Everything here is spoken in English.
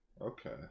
Okay